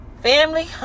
Family